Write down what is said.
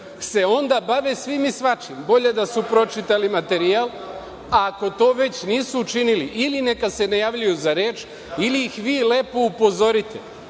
se bave svim i svačim. Bolje da su pročitali materijal, a ako to već nisu učinili ili neka se ne javljaju za reč ili ih vi lepo upozorite.